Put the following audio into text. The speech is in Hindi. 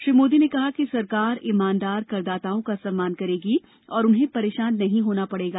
श्री मोदी ने कहा कि सरकार ईमानदार करदाताओं का सम्मान करेगी और उन्हें परेशान नहीं होना पड़ेगा